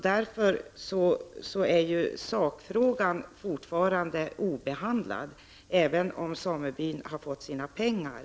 Därför är sakfrågan fortfarande obehandlad även om samebyn har fått sina pengar.